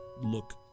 look